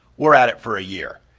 we're at it for a year.